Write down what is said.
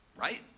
Right